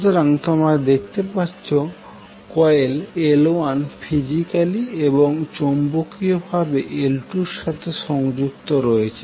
সুতরাং তোমরা দেখতে পাচ্ছো যে কয়েল L1 ফিজিক্যালি এবং চৌম্বকীয়ভাবে L2 এর সাথে সংযুক্ত রয়েছে